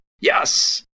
Yes